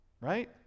Right